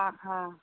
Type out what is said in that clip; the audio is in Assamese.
অঁ অঁ